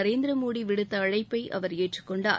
நரேந்திர மோதி விடுத்த அழைப்பை அவர் ஏற்றுக் கொண்டார்